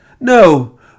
No